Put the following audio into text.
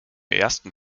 ersten